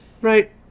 Right